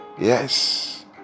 yes